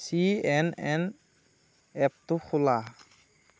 C N N এপটো খোলা